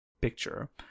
picture